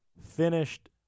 finished